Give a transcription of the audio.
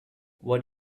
what